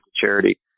charity